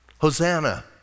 Hosanna